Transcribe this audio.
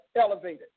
elevated